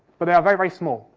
but they are very, very small.